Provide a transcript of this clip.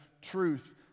truth